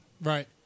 Right